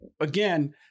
again